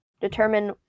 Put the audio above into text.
determine